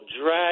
drag